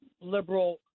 liberal